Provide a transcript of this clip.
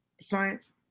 Science